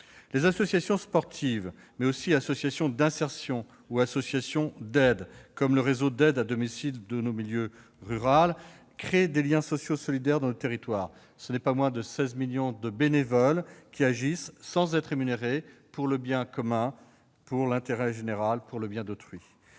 Les associations sportives, mais aussi les associations d'insertion ou d'aide, comme le réseau Aide à domicile en milieu rural, créent des liens sociaux solidaires dans nos territoires. Ce ne sont pas moins de 16 millions de bénévoles qui agissent, sans être rémunérés, donc, pour l'intérêt général et le bien d'autrui.